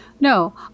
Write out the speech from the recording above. no